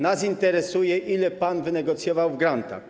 Nas interesuje, ile pan wynegocjował w grantach.